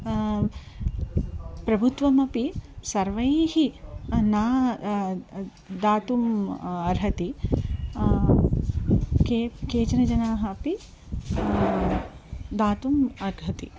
प्रभुत्वमपि सर्वैः न दातुं अर्हति केट् केचनजनाः अपि दातुं अर्हति